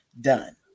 done